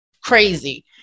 crazy